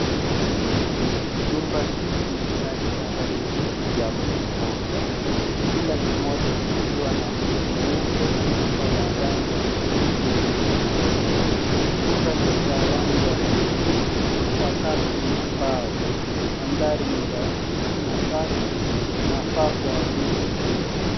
Chumba hiki kina vitanda viwili vya mtu mmoja, kila kimoja kikiwa na mto mweupe na shuka la rangi ya kijivu yenye michoro. Kuta ni za rangi ya krimu na sakafu ya mbao. Mandhari ni rahisi na safi. Inafaa kwa wageni.